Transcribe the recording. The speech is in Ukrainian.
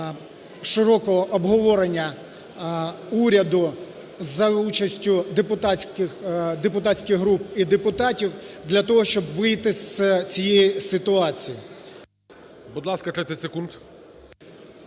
широкого обговорення уряду за участю депутатських груп і депутатів для того, щоб вийти з цієї ситуації.